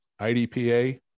IDPA